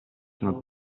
sono